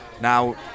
Now